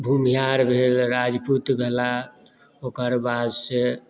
भुमिहार भेल राजपुत भेलाह ओकर बाद से